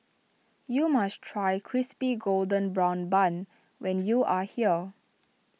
you must try Crispy Golden Brown Bun when you are here